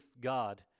God